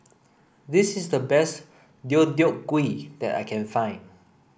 this is the best Deodeok Gui that I can find